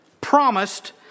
promised